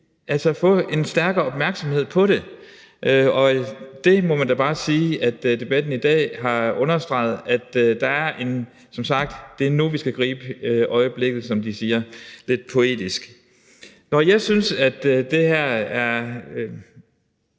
kan få en stærkere opmærksomhed på det. Og der må man da bare sige, at debatten i dag har understreget, at det er nu, vi skal gribe øjeblikket, som man siger lidt poetisk. Når jeg synes, at det her ikke